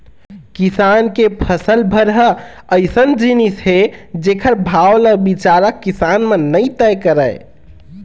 किसान के फसल भर ह अइसन जिनिस हे जेखर भाव ल बिचारा किसान मन नइ तय करय